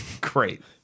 great